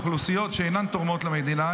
לאוכלוסיות שאינן תורמות למדינה,